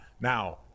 now